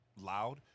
loud